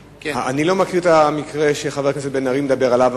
אני לא מכיר את המקרה שחבר הכנסת בן-ארי מדבר עליו,